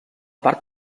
part